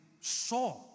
saw